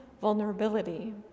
vulnerability